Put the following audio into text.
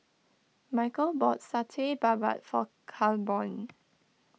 Michal bought Satay Babat for Claiborne